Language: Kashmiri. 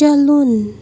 چلُن